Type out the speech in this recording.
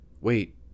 Wait